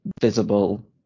visible